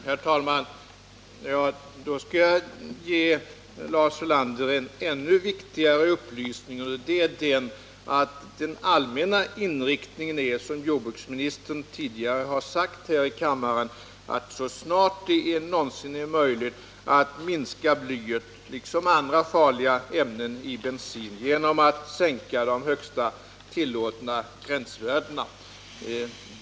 Herr talman! Jag skall ge Lars Ulander en ännu viktigare upplysning, nämligen att den allmänna inriktningen — som jordbruksministern tidigare har sagt här i kammaren — är att så snart det någonsin är möjligt minska blyet liksom andra farliga ämnen i bensin genom att sänka de högsta tillåtna gränsvärdena.